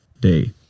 day